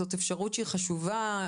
זאת אפשרות שהיא חשובה,